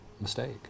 mistake